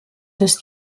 des